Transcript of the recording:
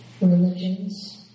religions